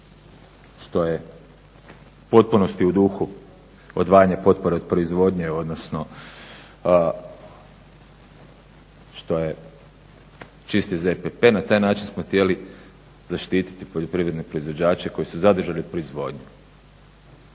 što je u potpunosti u duhu odvajanje potpore od proizvodnje, odnosno što je čisti ZPP. Na taj način smo hitjeli zaštiti poljoprivredne proizvođače koji su zadržali proizvodnju.